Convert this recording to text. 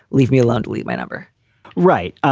leave me alone. delete my number right.